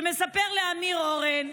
שמספר לאמיר אורן: